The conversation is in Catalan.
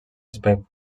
espai